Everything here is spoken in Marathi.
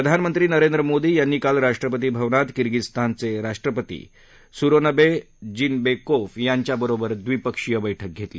प्रधानमंत्री नरेंद्र मोदी यांनी काल राष्ट्रपती भवनात किर्गिजस्तानचे राष्ट्रपती सूरोनबे जीनबेकोफ यांच्याबरोबर द्विपक्षीय बस्कि घेतली